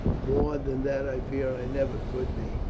more than that i fear i never could be,